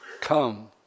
come